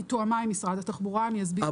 היא תואמה עם משרד התחבורה ואני אסביר.